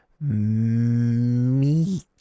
meat